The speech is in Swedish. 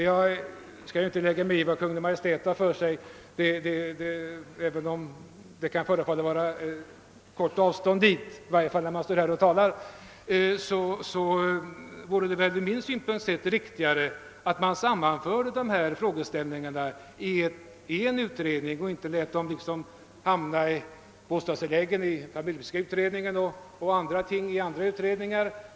Jag skall inte lägga mig i Kungl. Maj:ts förehavanden — även om det i varje fall när man talar från denna talarstol kan förefalla vara ett kort av stånd till dessa — men jag vill säga att det från min synpunkt framstår som riktigare att sammanföra dessa frågeställningar i en enda utredning och att inte låta bostadstilläggen hamna i familjepolitiska utredningen och andra frågor i andra utredningar.